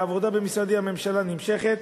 העבודה במשרדי הממשלה נמשכת,